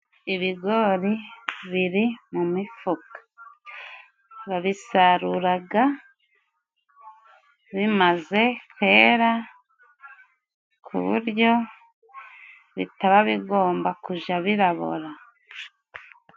Ibigori biri mu mifuka. Babisaruraga bimaze kwera ku buryo bitaba bigomba kuja birabora.